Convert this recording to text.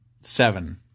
seven